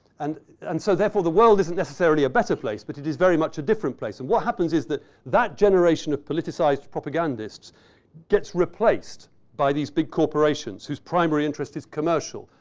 and and so therefore, the world isn't necessarily a better place, but it is very much a different place. and what happens is that that generation of politicized propagandists gets replaced by these big corporations whose primary interests is commercial,